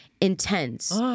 intense